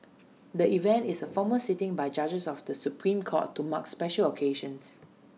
the event is A formal sitting by judges of the Supreme court to mark special occasions